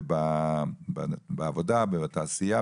בעבודה ובתעשייה,